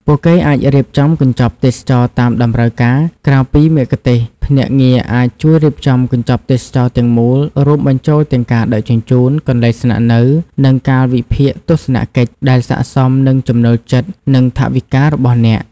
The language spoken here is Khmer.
ពួកគេអាចរៀបចំកញ្ចប់ទេសចរណ៍តាមតម្រូវការ ក្រៅពីមគ្គុទ្ទេសក៍ ភ្នាក់ងារអាចជួយរៀបចំ កញ្ចប់ទេសចរណ៍ ទាំងមូល រួមបញ្ចូលទាំងការដឹកជញ្ជូន កន្លែងស្នាក់នៅ និងកាលវិភាគទស្សនកិច្ច ដែលស័ក្តិសមនឹងចំណូលចិត្ត និងថវិការបស់អ្នក។